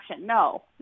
No